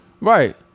Right